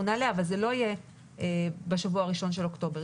אנחנו נעלה אבל זה לא יהיה בשבוע הראשון של אוקטובר.